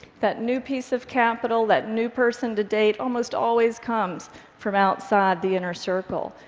that new piece of capital, that new person to date almost always comes from outside the inner circle.